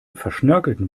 verschnörkelten